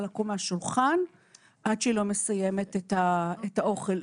לקום מהשולחן עד שהיא לא מסיימת את האוכל.